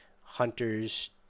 hunters